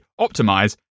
optimize